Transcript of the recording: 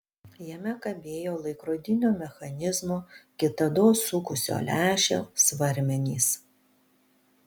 jame kabėjo laikrodinio mechanizmo kitados sukusio lęšį svarmenys